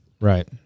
Right